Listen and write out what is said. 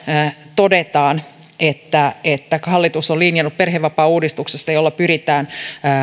todetaan että että hallitus on linjannut perhevapaauudistuksesta jolla pyritään